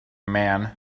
man